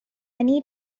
need